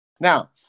Now